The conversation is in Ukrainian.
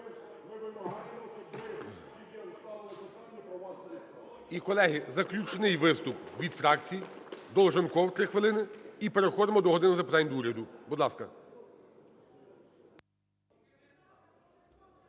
І, колеги, заключний виступ від фракцій - Долженков, 3 хвилини. І переходимо до "години запитань до Уряду". Будь ласка.